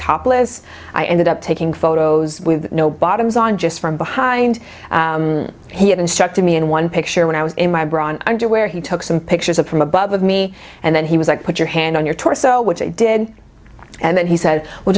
topless i ended up taking photos with no bottoms on just from behind he had instructed me in one picture when i was in my bra and underwear he took some pictures of from above with me and then he was like put your hand on your torso which i did and then he said well